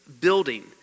building